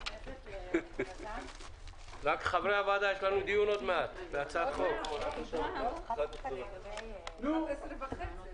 הישיבה ננעלה בשעה 11:10.